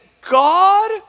God